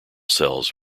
cells